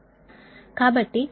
కాబట్టి PS అనేది 3 224